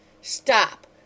Stop